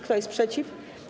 Kto jest przeciw?